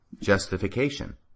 justification